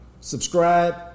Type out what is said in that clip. Subscribe